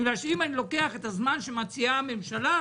בגלל שאם אני לוקח את הזמן שמציעה הממשלה,